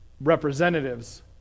representatives